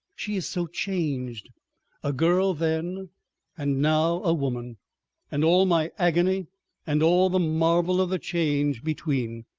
she is so changed a girl then and now a woman and all my agony and all the marvel of the change between!